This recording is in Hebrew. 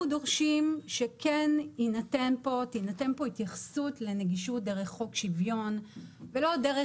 אנחנו דורשים שכן תינתן כאן התייחסות לנגישות דרך חוק שוויון ולא דרך